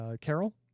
Carol